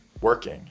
working